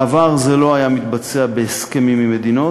בעבר זה לא היה מתבצע בהסכמים עם מדינות.